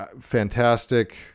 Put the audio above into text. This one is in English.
fantastic